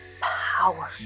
power